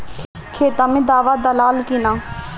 खेत मे दावा दालाल कि न?